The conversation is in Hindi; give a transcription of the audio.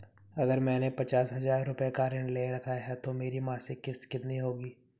अगर मैंने पचास हज़ार रूपये का ऋण ले रखा है तो मेरी मासिक किश्त कितनी होगी?